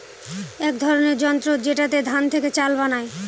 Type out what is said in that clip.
এক ধরনের যন্ত্র যেটাতে ধান থেকে চাল বানায়